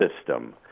system